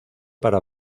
para